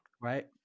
Right